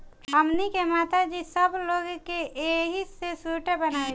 हमनी के माता जी सब लोग के एही से सूटर बनावेली